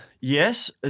Yes